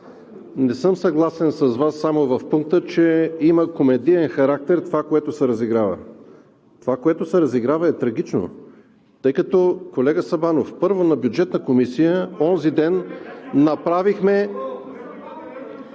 не съм съгласен с Вас само в пункта, че има комедиен характер това, което се разиграва. Това, което се разиграва, е трагично, тъй като, колега Сабанов, първо, на Бюджетна комисия онзи ден направихме…